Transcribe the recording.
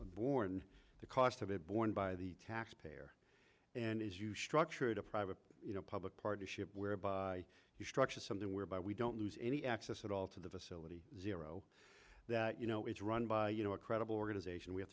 borne the cost of it borne by the taxpayer and as you structured a private you know public partnership whereby you structure something whereby we don't lose any access at all to the facility zero that you know it's run by you know a credible organization we have